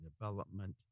development